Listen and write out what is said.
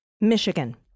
Michigan